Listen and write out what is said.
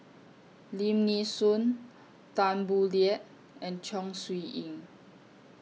Lim Nee Soon Tan Boo Liat and Chong Siew Ying